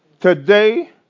today